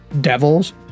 devils